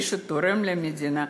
מי שתורם למדינה,